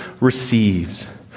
receives